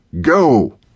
Go